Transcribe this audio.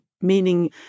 meaning